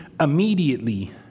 immediately